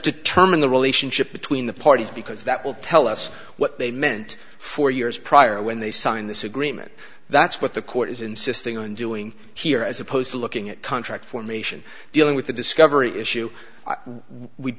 determine the relationship between the parties because that will tell us what they meant four years prior when they signed this agreement that's what the court is insisting on doing here as opposed to looking at contract formation dealing with the discovery issue we